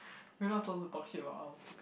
we are not supposed to talk shit about our